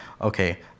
Okay